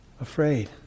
afraid